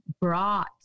brought